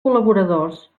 col·laboradors